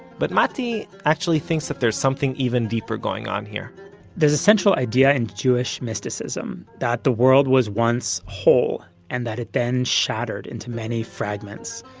but matti actually thinks that there's something even deeper going on here there's a central idea in jewish mysticism that the world was once whole and that it then shattered into many fragments,